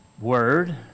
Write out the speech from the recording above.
word